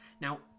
Now